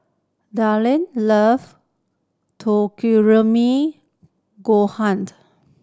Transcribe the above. Dillon love Takikomi gohaned